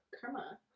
Karma